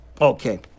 Okay